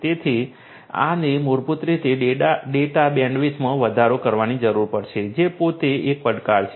તેથી આને મૂળભૂત રીતે ડેટા બેન્ડવિડ્થમાં વધારો કરવાની જરૂર પડશે જે પોતે એક પડકાર છે